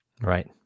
Right